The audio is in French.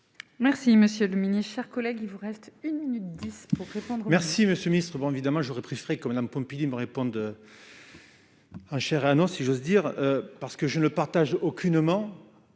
merci Monsieur le Ministre,